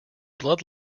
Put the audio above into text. blood